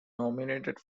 nominated